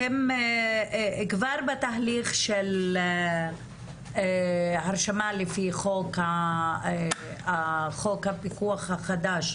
אתם כבר בתהליך של הרשמה לפי חוק הפיקוח החדש,